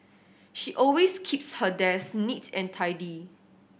she always keeps her desk neat and tidy